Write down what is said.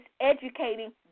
educating